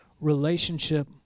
relationship